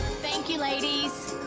thank you ladies.